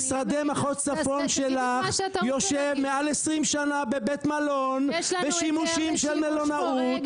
משרדי מחוז צפון שלך יושב מעל 20 שנה בבית מלון בשימושים של מלונאות.